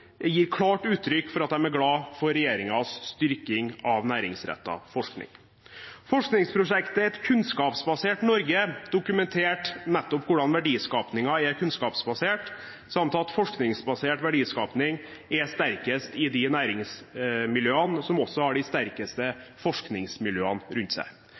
gir klart uttrykk for at de er glad for regjeringens styrking av næringsrettet forskning. Forskningsprosjektet Et kunnskapsbasert Norge dokumenterte nettopp hvordan verdiskapningen er kunnskapsbasert, samt at forskningsbasert verdiskapning er sterkest i de næringsmiljøene som også har de sterkeste forskningsmiljøene rundt seg.